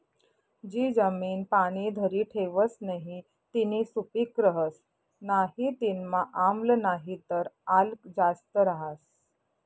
जी जमीन पाणी धरी ठेवस नही तीनी सुपीक रहस नाही तीनामा आम्ल नाहीतर आल्क जास्त रहास